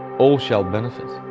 all shall benefit,